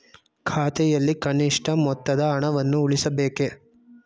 ಖಾತೆಯಲ್ಲಿ ಕನಿಷ್ಠ ಮೊತ್ತದ ಹಣವನ್ನು ಉಳಿಸಬೇಕೇ?